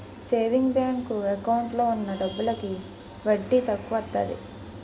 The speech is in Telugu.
సేవింగ్ బ్యాంకు ఎకౌంటు లో ఉన్న డబ్బులకి వడ్డీ తక్కువత్తాది